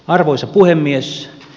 arvoisa puhemies